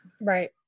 Right